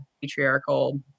patriarchal